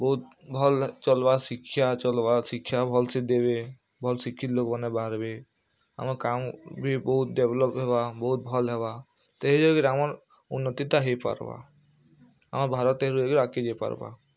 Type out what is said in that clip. ବହୁତ୍ ଭଲ୍ ଚଲ୍ବା ଶିକ୍ଷା ଚଲ୍ବା ଶିକ୍ଷା ଭଲ୍ସେ ଦେବେ ଭଲ୍ ଶିଖିତ୍ ଲୋକ୍ ମାନେ ବାହାରବେ ଆମର୍ କାମ ବି ବହୁତ୍ ଡେଭ୍ଲପ୍ ହେବା ବହୁତ୍ ଭଲ୍ ହେବା ତେହିଁରେ ବି ଆମର୍ ଉନ୍ନତିଟା ହେଇ ପାର୍ବା ଆମର୍ ଭାରତ୍ ତେହରୁ ଯାଇକରି ଆଗ୍କେ ଯାଇ ପାର୍ବା